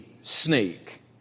snake